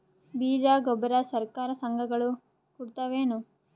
ಬೀಜ ಗೊಬ್ಬರ ಸರಕಾರ, ಸಂಘ ಗಳು ಕೊಡುತಾವೇನು?